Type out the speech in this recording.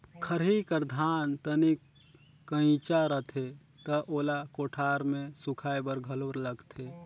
खरही कर धान तनिक कइंचा रथे त ओला कोठार मे सुखाए बर घलो लगथे